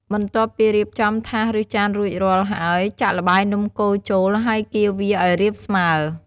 បន្ទាប់ពីរៀបចំថាស ឬ ចានរួចរាល់ហើយ ចាក់ល្បាយនំកូរចូល ហើយកៀរវាឱ្យរាបស្មើ។